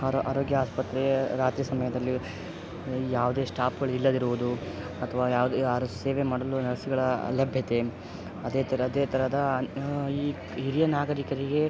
ಆರೋ ಆರೋಗ್ಯ ಆಸ್ಪತ್ರೆ ರಾತ್ರಿ ಸಮಯದಲ್ಲಿ ಯಾವುದೇ ಸ್ಟಾಪ್ಗಳು ಇಲ್ಲದಿರುವುದು ಅಥವಾ ಯಾವುದೇ ಯಾರು ಸೇವೆ ಮಾಡಲು ನರ್ಸ್ಗಳ ಅಲಭ್ಯತೆ ಅದೇ ಥರ ಅದೇ ತರಹದ ಈ ಹಿರಿಯ ನಾಗರಿಕರಿಗೆ